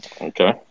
okay